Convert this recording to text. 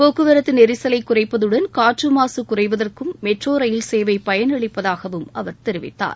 போக்குவரத்து நெரிசலை குறைப்பதுடன் காற்று மாசு குறைவதற்கும் மெட்ரோ ரயில் சேவை பயன் அளிப்பதாகவும் அவர் தெரிவித்தார்